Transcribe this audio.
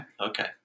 Okay